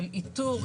של איתור,